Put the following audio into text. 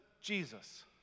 Jesus